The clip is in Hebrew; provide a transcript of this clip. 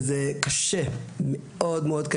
זה קשה מאוד.